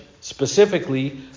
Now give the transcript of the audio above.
specifically